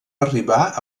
arribà